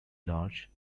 large